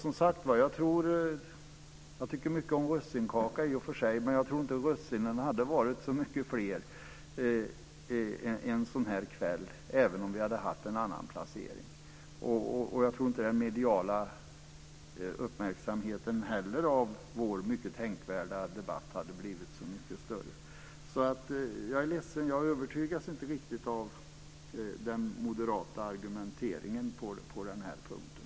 Jag tycker i och för sig mycket om russinkaka, men jag tror inte att russinen hade varit så mycket fler en sådan här kväll även om vi hade haft en annan placering. Jag tror inte heller att den mediala uppmärksamheten kring vår mycket tänkvärda debatt hade blivit så mycket större. Så jag är ledsen, men jag övertygas inte riktigt av den moderata argumentationen på den här punkten.